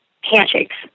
handshakes